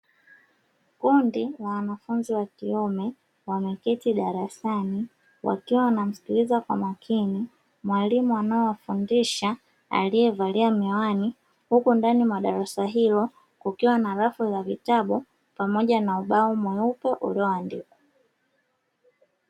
Kundi la wanafunzi wa kiume wameketi darasani wakiwa wanamsikiliza kwa makini mwalimu anao wafundisha alievalia miwani, huku ndani mwa darasa hilo kukiwa na rafu za vitabu pamoja na ubao mweupe ulio andikwa.